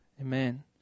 Amen